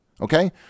Okay